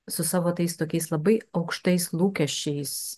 su savo tais tokiais labai aukštais lūkesčiais